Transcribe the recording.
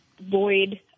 void